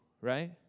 right